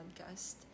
podcast